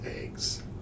eggs